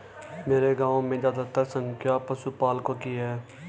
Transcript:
मेरे गांव में ज्यादातर संख्या पशुपालकों की है